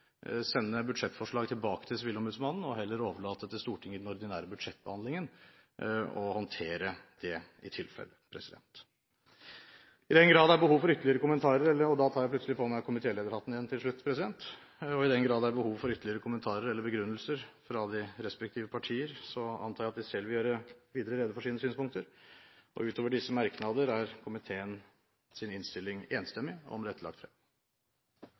sende budsjettforslag tilbake til sivilombudsmannen – i tilfelle heller overlate til Stortinget i den ordinære budsjettbehandlingen å håndtere det. I den grad det er behov for ytterligere kommentarer – og da tar jeg plutselig på meg komitélederhatten igjen – eller begrunnelser fra de respektive partier, antar jeg at de selv vil gjøre videre rede for sine synspunkter. Utover disse merknader er komiteens innstilling enstemmig, og med dette lagt frem.